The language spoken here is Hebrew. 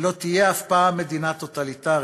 לא תהיה אף פעם מדינה טוטליטרית,